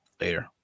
later